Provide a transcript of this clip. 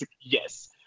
Yes